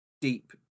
deep